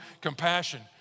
compassion